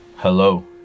Hello